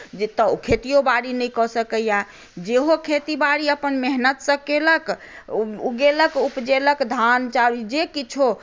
जे ओतय ओ खेतियो बाड़ी नहि कऽ सकैए जेहो खेती बाड़ी अपन मेहनतसँ कयलक उगओलक उपजओलक धान चाउर जे किछो